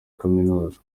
kaminuza